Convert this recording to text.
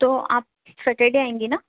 تو آپ سٹرڈے آئیں گی نہ